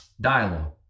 dialogue